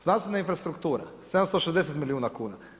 Znanstvena infrastruktura, 760 miliona kuna.